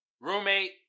roommate